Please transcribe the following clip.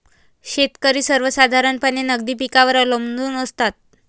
शेतकरी सर्वसाधारणपणे नगदी पिकांवर अवलंबून असतात